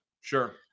Sure